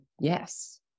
yes